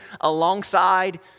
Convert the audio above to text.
alongside